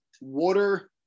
water